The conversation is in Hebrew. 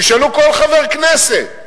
תשאלו כל חבר כנסת.